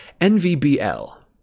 NVBL